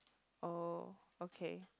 oh okay